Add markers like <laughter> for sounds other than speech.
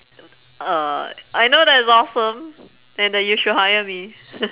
<noise> uh I know that it's awesome and that you should hire me <laughs>